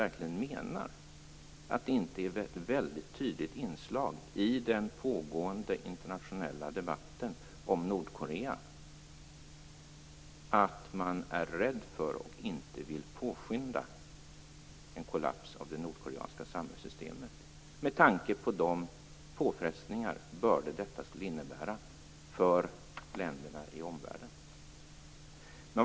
Menar han verkligen att det inte är ett väldigt tydligt inslag i den pågående internationella debatten om Nordkorea att man är rädd för och inte vill påskynda en kollaps av det nordkoreanska samhällssystemet? Tänker man inte så med anledning av de påfrestningar och bördor detta skulle innebära för länderna i omvärlden?